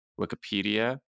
Wikipedia